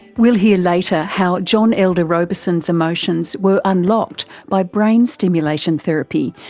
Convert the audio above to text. we'll hear later how john elder robison's emotions were unlocked by brain stimulation therapy,